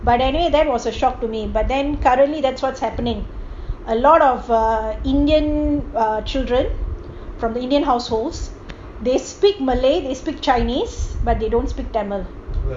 but anyway that was a shock to me but then currently that's what's happening a lot of err indian ugh children from the indian households they speak malay they speak chinese but they don't speak tamil